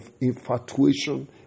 infatuation